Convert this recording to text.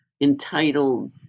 entitled